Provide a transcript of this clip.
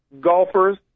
golfers